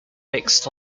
mixed